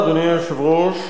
עמיתי חברי הכנסת,